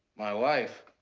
my wife?